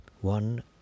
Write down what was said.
One